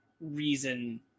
reason